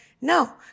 no